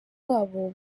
wabo